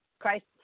Christ